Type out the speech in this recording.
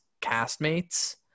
castmates